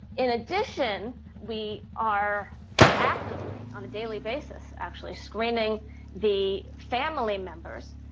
in addition we are actively, on a daily basis actually, screening the family members.